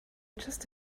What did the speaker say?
just